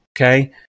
okay